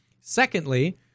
Secondly